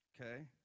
Okay